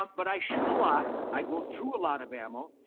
but i shoot a lot. i go through a lot of ammo.